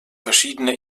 verschiedene